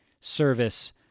service